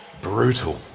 Brutal